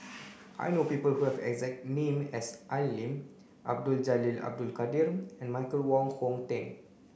I know people who have exact name as Al Lim Abdul Jalil Abdul Kadir and Michael Wong Hong Teng